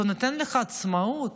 זה נתן לך עצמאות,